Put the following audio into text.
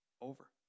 over